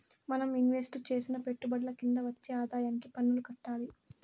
మనం ఇన్వెస్టు చేసిన పెట్టుబడుల కింద వచ్చే ఆదాయానికి పన్నులు కట్టాలి